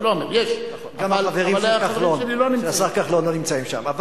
אני לא אומר, יש, אבל החברים שלי לא נמצאים שם.